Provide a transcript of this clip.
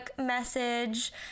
message